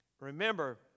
Remember